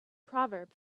proverb